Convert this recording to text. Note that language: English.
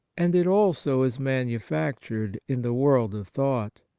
and it also is manufactured in the world of thought.